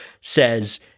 says